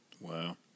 Wow